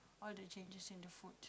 all the changes in the font